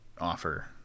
offer